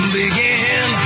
begin